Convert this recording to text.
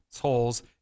holes